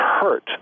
hurt